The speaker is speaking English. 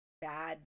bad